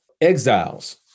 Exiles